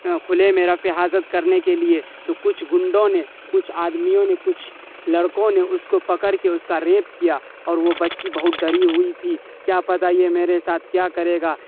کھلے میں رفع کرنے کے لیے تو کچھ غنڈوں نے کچھ آدمیوں نے کچھ لڑکوں نے اس کو پکڑ کے اس کا ریپ کیا اور وہ بچی بہت ڈری ہوئی تھی کیا پتہ یہ میرے ساتھ کیا کرے گا